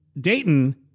Dayton